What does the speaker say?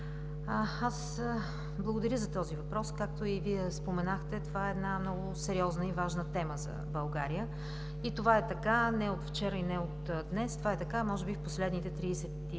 Аз благодаря за този въпрос. Както споменахте, това е много сериозна и важна тема за България. Това е така не от вчера и не от днес. Това е така може би в последните 35-36 години,